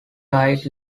tight